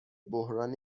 بحران